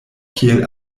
kiel